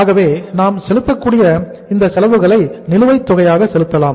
ஆகவே நாம் செலுத்தக்கூடிய உற்பத்தி செலவுகளை நிலுவைத் தொகையாக செலுத்தலாம்